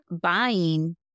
buying